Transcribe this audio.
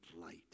light